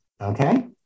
Okay